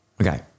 Okay